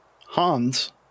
Hans